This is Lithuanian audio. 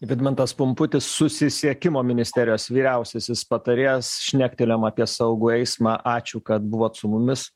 vidmantas pumputis susisiekimo ministerijos vyriausiasis patarėjas šnektelėjom apie saugų eismą ačiū kad buvot su mumis